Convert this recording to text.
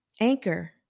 Anchor